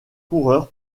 coureur